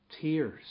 Tears